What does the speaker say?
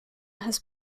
has